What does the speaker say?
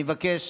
אני מבקש